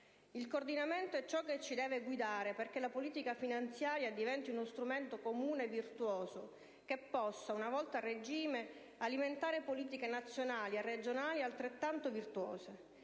Il coordinamento è ciò che ci deve guidare perché la politica finanziaria diventi uno strumento comune e virtuoso che possa, una volta a regime, alimentare politiche nazionali e regionali altrettanto virtuose.